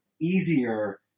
easier